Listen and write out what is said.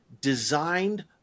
designed